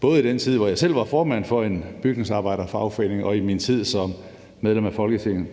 både i den tid, hvor jeg selv var formand for en bygningsarbejderfagforening og i min tid som medlem af Folketinget.